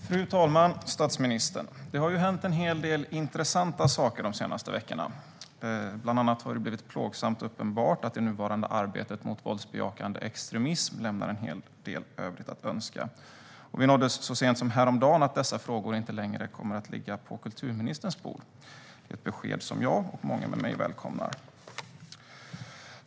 Fru talman och statsministern! Det har ju hänt en hel del intressanta saker de senaste veckorna. Bland annat har det blivit plågsamt uppenbart att det nuvarande arbetet mot våldsbejakande extremism lämnar en hel del övrigt att önska. Vi nåddes så sent som häromdagen av beskedet att dessa frågor inte längre kommer att ligga på kulturministerns bord, något som jag och många med mig välkomnar.